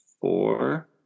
four